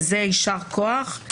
יישר כוח על זה.